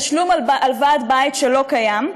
תשלום על ועד בית שלא קיים,